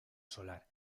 solar